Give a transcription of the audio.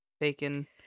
Bacon